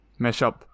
MeshUp